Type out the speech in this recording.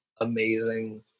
amazing